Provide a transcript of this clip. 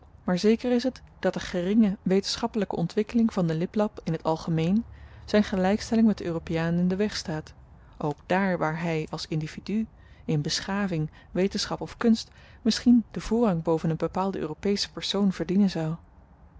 maar zeker is het dat de geringe wetenschappelyke ontwikkeling van den liplap in t algemeen zyn gelykstelling met den europeaan in den weg staat ook dààr waar hy als individu in beschaving wetenschap of kunst misschien den voorrang boven een bepaalden europeschen persoon verdienen zou